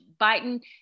Biden